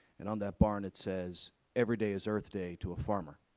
and on that barn it says, every day is earth day to a farmer.